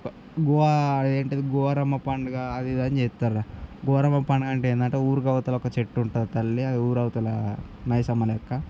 గోవా అదేంటది గోవారమ్మ పండుగ అది ఇది అని చేస్తారు గోవారమ్మ పండగ అంటే ఏంటంటే ఊరుకి అవతల ఒక చెట్టు ఉంటుంది తల్లి అది ఊరవతల మైసమ్మ అని ఒక్క